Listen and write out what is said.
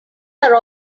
are